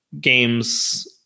games